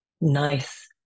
nice